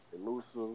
elusive